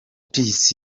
otis